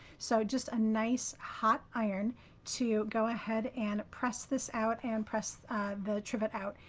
so just a nice hot iron to go ahead and press this out and press the trivet out.